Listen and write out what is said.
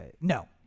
no